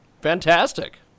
Fantastic